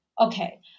Okay